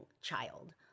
child